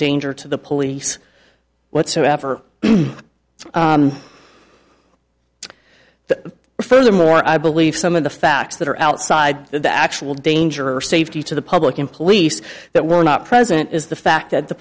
danger to the police whatsoever the furthermore i believe some of the facts that are outside of the actual danger are safety to the public and police that were not present is the fact that the